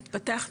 את פתחת